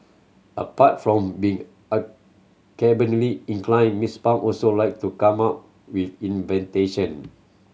apart from being inclined Mister Pang also like to come up with